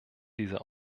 dieser